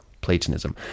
Platonism